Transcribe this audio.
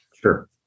Sure